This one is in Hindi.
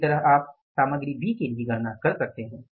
इसी तरह आप सामग्री बी के लिए गणना कर सकते हैं